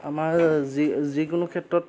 আমাৰ যি যিকোনো ক্ষেত্ৰত